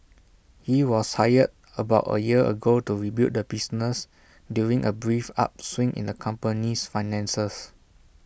he was hired about A year ago to rebuild the business during A brief upswing in the company's finances